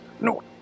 No